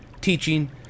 teaching